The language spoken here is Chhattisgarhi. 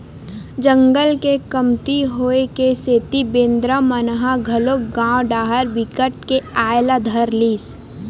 जंगल के कमती होए के सेती बेंदरा मन ह घलोक गाँव डाहर बिकट के आये ल धर लिस